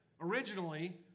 originally